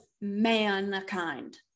mankind